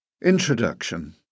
introduction